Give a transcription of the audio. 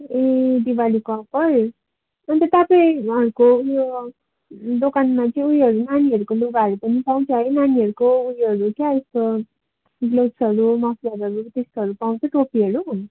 ए दीपावलीको अफर अन्त तपाईँहरूको उयो दोकानमा चाहिँ उयो नानीहरूको लुगाहरू पनि पाउँछ है नानीहरूको उयोहरू क्या यस्तो लेसहरू मफलरहरू त्यस्तोहरू पाउँछ टोपीहरू